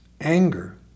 anger